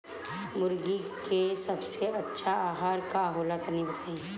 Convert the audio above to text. मुर्गी के सबसे अच्छा आहार का होला तनी बताई?